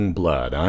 blood